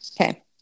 okay